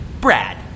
Brad